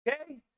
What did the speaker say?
Okay